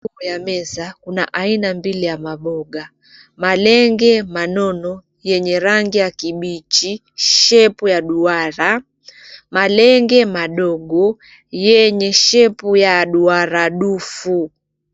Juu ya meza kuna aina mbili ya maboga. Malenge manono yenye rangi ya kibichi, shepu ya duara. Malenge madogo yenye shepu ya duara dufu.